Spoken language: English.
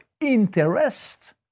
interest